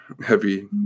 heavy